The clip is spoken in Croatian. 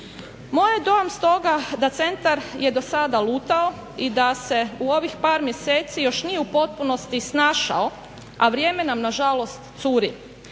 Moj je dojam stoga da je centar do sada lutao i da se u ovih par mjeseci još nije u potpunosti snašao, a vrijeme nam nažalost curi.